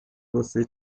você